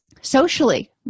Socially